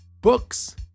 Books